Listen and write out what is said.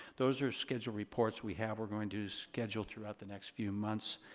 those are scheduled reports we have we're going to schedule throughout the next few months.